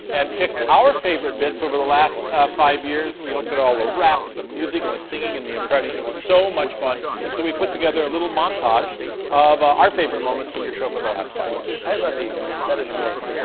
and picked our favorite bits over the last five years. we looked at all the ah rap, the music, and the singing, and the impressions. it was so much fun. and so we put together a little montage of ah our favorite moments from your show for the last five years. i love you guys. that is amazing. yeah